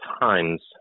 times